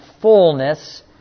fullness